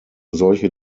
solche